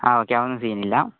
ആ ഓക്കേ അതൊന്നും സീനില്ല